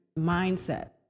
mindset